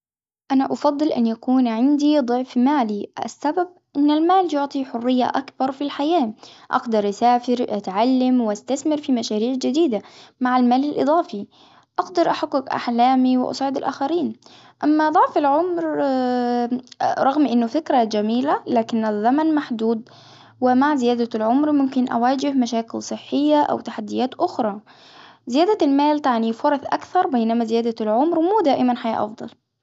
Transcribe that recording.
أنا أفضل أن يكون عندي ضعف ما لي، السبب أن المال يعطي حرية أكبر في الحياة، أقدر أسافر أتعلم وأستثمر في مشاريع جديدة، مع المال الإضافي، أقدر أحقق أحلامي وأسعد الآخرين، أما ضعف العمر رغم أنه فكرة جميلة لكن محدود، ومع زيادة العمر ممكن أواجه مشاكل صحية أو تحديات أخرى، زيادة المال تعني فرص أكثر بينما زيادة العمر مو دائما حياة أفضل.